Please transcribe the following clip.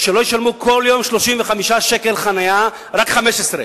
שלא ישלמו כל יום 35 שקלים לחנייה אלא רק 15?